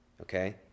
Okay